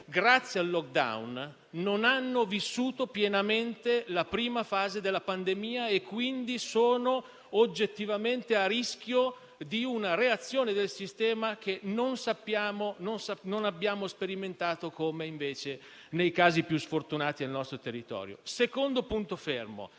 grazie al *lockdown*, non hanno vissuto pienamente la prima fase della pandemia e, quindi, sono oggettivamente a rischio per una reazione del sistema che non abbiamo sperimentato, come è invece successo nei casi più sfortunati del nostro territorio. Il secondo punto fermo